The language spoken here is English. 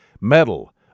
Metal